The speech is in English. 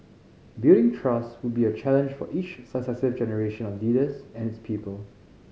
building trust would be a challenge for each successive generation of leaders and its people